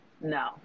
No